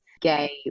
gay